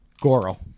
Goro